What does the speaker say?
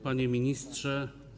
Panie Ministrze!